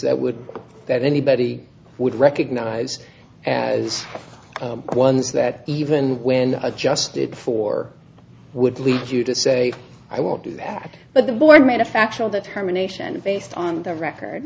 that would that anybody would recognize as ones that even when adjusted for would lead you to say i won't do that but the board made a factual determination based on the record